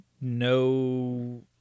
no